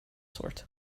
sort